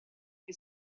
che